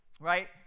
Right